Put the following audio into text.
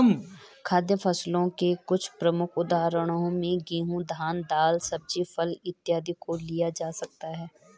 खाद्य फसलों के कुछ प्रमुख उदाहरणों में गेहूं, धान, दाल, सब्जी, फल इत्यादि को लिया जा सकता है